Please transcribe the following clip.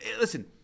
Listen